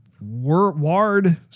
Ward